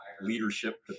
leadership